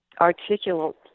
articulate